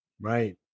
Right